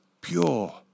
pure